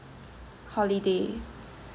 holiday